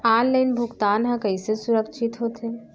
Online भुगतान हा कइसे सुरक्षित होथे?